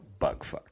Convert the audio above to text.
bugfuck